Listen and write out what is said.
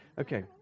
Okay